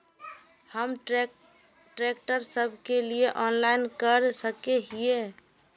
हम ट्रैक्टर सब के लिए ऑनलाइन कर सके हिये?